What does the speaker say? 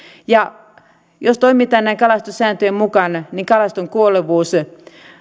jos toimitaan näin kalastussääntöjen mukaan kalaston kuolevuus